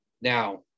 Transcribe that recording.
Now